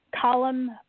column